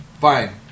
fine